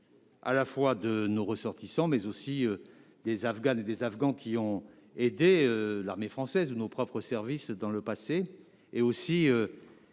d'évacuation de nos ressortissants, mais aussi des Afghanes et des Afghans qui ont aidé l'armée française ou nos propres services par le passé, ou qui